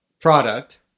product